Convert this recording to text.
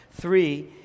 Three